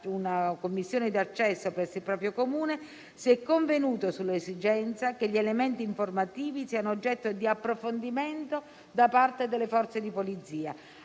una commissione d'accesso presso il proprio Comune, si è convenuto sull'esigenza che gli elementi informativi siano oggetto di approfondimento da parte delle Forze di polizia,